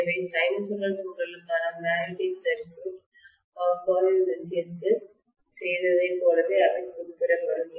எனவே சைனூசாய்டல் தூண்டுதலுக்கான மேக்னெட்டிக் சர்க்யூட்காந்த சுற்று பகுப்பாய்வு விஷயத்தில் செய்ததைப் போலவே அவை குறிப்பிடப்படும்